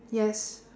yes